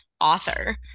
author